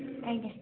ଆଜ୍ଞା